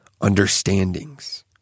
understandings